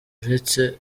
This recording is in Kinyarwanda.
uretse